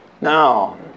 Now